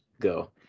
Go